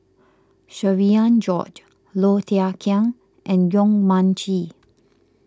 Cherian George Low Thia Khiang and Yong Mun Chee